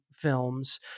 films